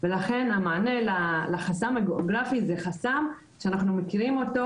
החסם הגיאוגרפי זה חסם שאנחנו מכירים אותו